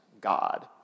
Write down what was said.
God